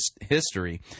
history